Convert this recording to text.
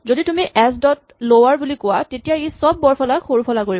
যদি তুমি h dot lower বুলি কোৱা ই তেতিয়া চব বৰফলাক সৰুফলা কৰিব